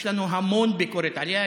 יש לנו המון ביקורת עליה,